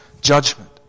judgment